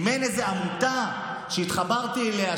אם אין איזו עמותה שהתחברתי אליה,